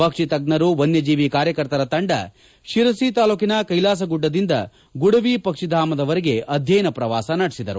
ಪಕ್ಷಿ ತಜ್ಞರು ವನ್ಯಜೀವಿ ಕಾರ್ಯಕರ್ತರ ತಂಡ ಶಿರಸಿ ತಾಲೂಕಿನ ಕೈಲಾಸ ಗುಡ್ಡದಿಂದ ಗುಡವಿ ಪಕ್ಷಿಧಾಮದವರೆಗೆ ಅಧ್ಯಯನ ಪ್ರವಾಸ ನಡೆಸಿದರು